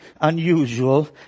unusual